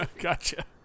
Gotcha